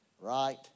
right